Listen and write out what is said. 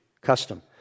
custom